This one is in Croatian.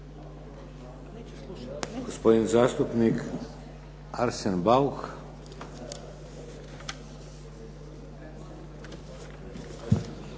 Hvala na